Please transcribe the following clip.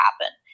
happen